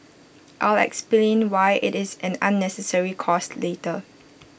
I'll explain why IT is an unnecessary cost later